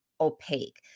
opaque